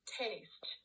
taste